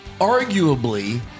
arguably